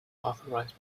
authorized